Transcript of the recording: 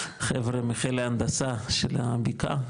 חבר'ה מחיל ההנדסה של הבקעה,